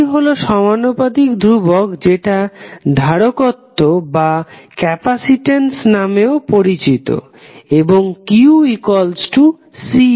C হলো সমানুপাতিক ধ্রুবক যেটা ধারকত্ত্ব নামেও পরিচিত এবং qCv